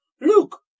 Look